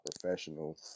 professional